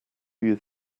you